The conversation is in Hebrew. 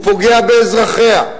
הוא פוגע באזרחיה,